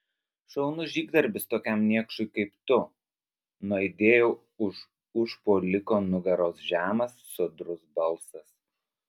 šaunus žygdarbis tokiam niekšui kaip tu nuaidėjo už užpuoliko nugaros žemas sodrus balsas